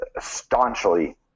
staunchly